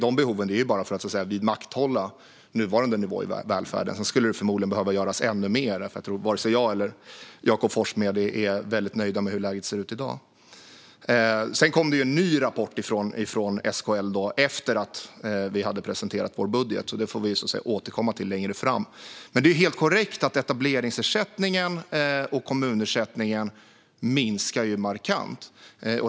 De behoven handlar bara om att vidmakthålla nuvarande nivå i välfärden, och sedan skulle det förmodligen behöva göras ännu mer - jag tror inte att vare sig jag eller Jakob Forssmed är särskilt nöjda med hur läget ser ut i dag. Sedan kom det en ny rapport från SKL efter att vi presenterat vår budget, och det får vi återkomma till längre fram. Det är dock helt korrekt att etableringsersättningen och kommunersättningen minskar markant.